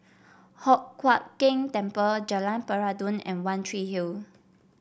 Hock Huat Keng Temple Jalan Peradun and One Tree Hill